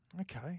Okay